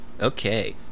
Okay